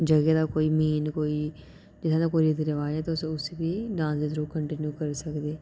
जगह दा कोई मीन कोई जित्थें तगर तेी पूरी वाज़ ऐ उसी बी डांस दे थ्रू कंटिन्यू करी सकदे